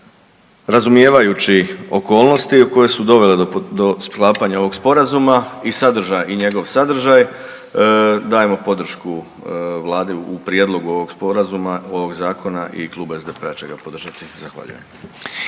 razumijevajući okolnosti koje su dovele do sklapanja ovog Sporazuma i sadržaj i njegov sadržaj, dajemo podršku Vladi u prijedlogu ovog Sporazuma, ovog Zakona i Klub SDP-a će ga podržati. Zahvaljujem.